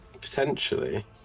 Potentially